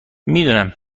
میدونم